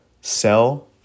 sell